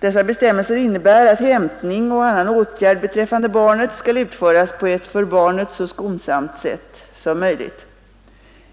Dessa bestämmelser innebär att hämtning och annan åtgärd beträffande barnet skall utföras på ett för barnet så skonsamt sätt som möjligt.